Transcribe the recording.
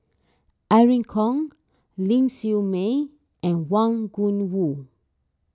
Irene Khong Ling Siew May and Wang Gungwu